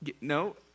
no